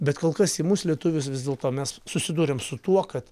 bet kol kas į mus lietuvius vis dėlto mes susidūrėm su tuo kad